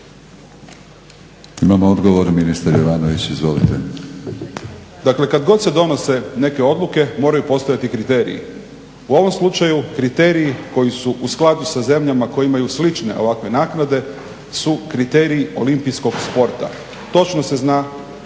Imamo odgovor, ministar Jovanović. Izvolite. **Jovanović, Željko (SDP)** Dakle, kada god se donose neke odluke moraju postojati kriteriji. U ovim slučaju kriteriji koji su u skladu sa zemljama koje imaju slične ovakve naknade su kriteriji olimpijskog sporta, točno se zna